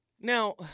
Now